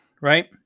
right